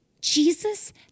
Jesus